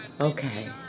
Okay